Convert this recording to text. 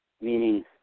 meaning